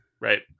Right